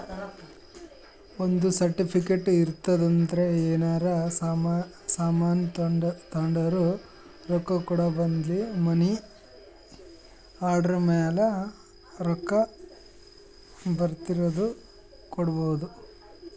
ಒಂದ್ ಸರ್ಟಿಫಿಕೇಟ್ ಇರ್ತುದ್ ಏನರೇ ಸಾಮಾನ್ ತೊಂಡುರ ರೊಕ್ಕಾ ಕೂಡ ಬದ್ಲಿ ಮನಿ ಆರ್ಡರ್ ಮ್ಯಾಲ ರೊಕ್ಕಾ ಬರ್ದಿನು ಕೊಡ್ಬೋದು